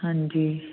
ਹਾਂਜੀ